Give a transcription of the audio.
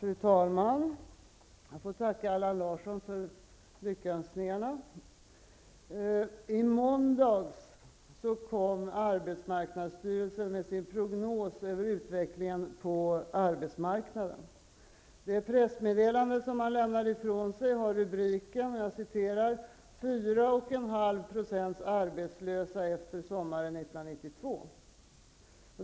Fru talman! Jag får tacka Allan Larsson för lyckönskningarna. I måndags kom arbetsmarknadsstyrelsen med sin prognos över utvecklingen på arbetsmarknaden. Det pressmeddelande som lämnades har rubriken: ''4,5 % arbetslösa efter sommaren 1992''.